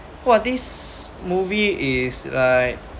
!wah! this movie is like